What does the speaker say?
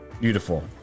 Beautiful